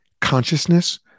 consciousness